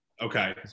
Okay